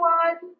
one